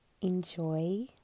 Enjoy